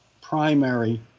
primary